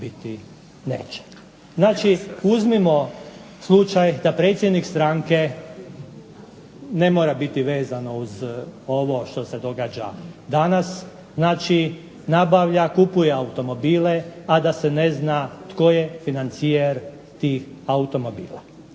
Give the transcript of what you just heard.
neće. Znači, uzmimo slučaj da predsjednik stranke, ne mora biti vezano uz ovo što se događa danas, znači nabavlja, kupuje automobile, a da se ne zna tko je financijer tih automobila.